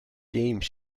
game